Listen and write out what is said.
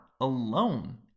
alone